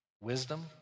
Wisdom